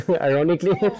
ironically